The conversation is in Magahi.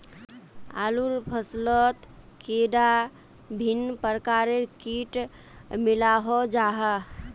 आलूर फसलोत कैडा भिन्न प्रकारेर किट मिलोहो जाहा?